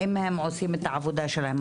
האם הם עושים את העבודה שלהם?